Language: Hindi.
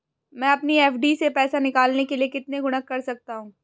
मैं अपनी एफ.डी से पैसे निकालने के लिए कितने गुणक कर सकता हूँ?